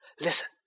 Listen